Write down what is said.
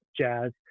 jazz